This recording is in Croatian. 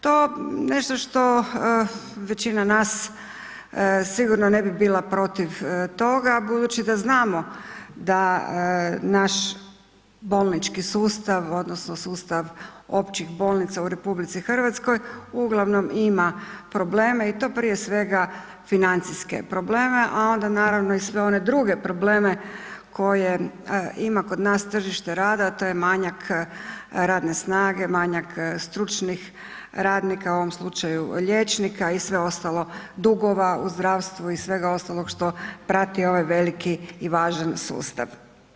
To nešto što većina nas sigurno ne bi bila protiv toga, budući da znamo da naš bolnički sustav, odnosno sustav općih bolnica u RH uglavnom ima problema i to prije svega financijske probleme, a onda naravno i sve one druge probleme koje ima kod nas tržište rada, a to je manjak radne snage, manjak stručnih radnika u ovom slučaju liječnika i sve ostalo, dugova u zdravstvu i svega ostalog što prati ovaj veliki i važan sustav.